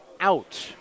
out